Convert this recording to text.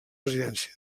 residència